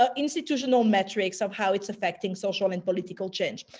ah institutional metrics of how it's affecting social and political change.